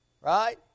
Right